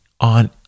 on